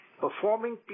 Performing